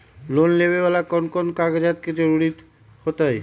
Loan लेवेला कौन कौन कागज के जरूरत होतई?